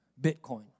Bitcoin